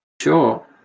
Sure